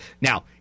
Now